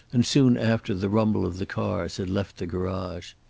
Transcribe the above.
and soon after the rumble of the car as it left the garage.